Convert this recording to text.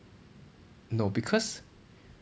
no because